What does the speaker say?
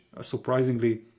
surprisingly